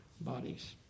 bodies